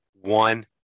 one